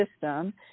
system